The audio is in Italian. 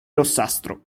rossastro